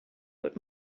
good